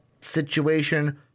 situation